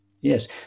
yes